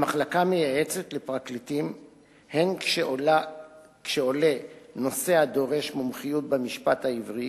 המחלקה מייעצת לפרקליטים הן כשעולה נושא הדורש מומחיות במשפט העברי